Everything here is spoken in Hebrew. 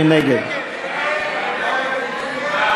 מי נגד?